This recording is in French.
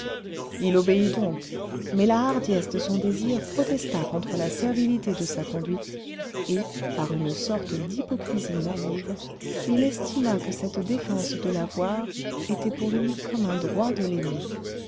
il obéit donc mais la hardiesse de son désir protesta contre la servilité de sa conduite et par une sorte d'hypocrisie naïve il estima que cette défense de la voir était pour lui comme un droit de l'aimer